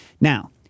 Now